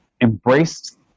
embraced